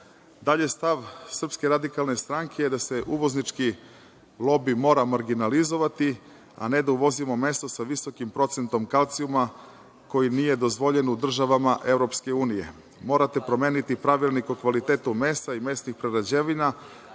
više nego očigledan. Dalje, stav SRS je da se uvoznički lobi mora marginalizovati, a ne da uvozimo meso sa visokim procentom kalcijuma koji nije dozvoljen u državama EU. Morate promeniti Pravilnik o kvalitetu mesa i mesnih prerađevina